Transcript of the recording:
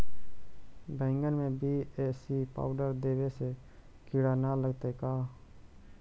बैगन में BAC powder देबे से किड़ा न लगतै का?